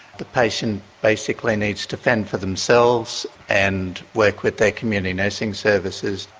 the patient basically needs to fend for themselves and work with their community nursing services.